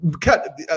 cut